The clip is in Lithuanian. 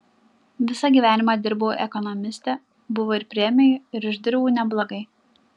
visą gyvenimą dirbau ekonomiste buvo ir premijų ir uždirbau neblogai